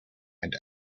and